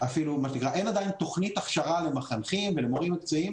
אפילו אין עדיין תוכנית הכשרה למחנכים ולמורים מקצועיים